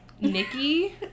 Nikki